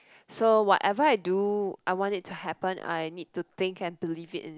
so whatever I do I want it to happen or I need to think and believe it is it